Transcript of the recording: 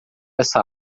essa